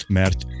mert